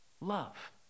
Love